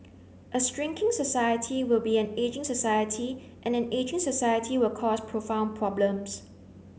a shrinking society will be an ageing society and an ageing society will cause profound problems